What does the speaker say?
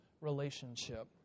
relationship